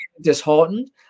disheartened